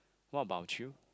what about you